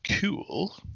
cool